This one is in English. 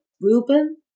Reuben